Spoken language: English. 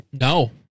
No